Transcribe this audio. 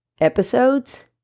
episodes